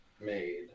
made